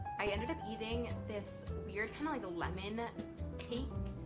i ended up eating this you're kind of like a lemon cake.